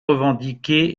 revendiqué